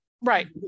Right